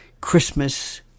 Christmas